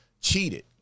cheated